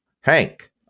Hank